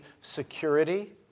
security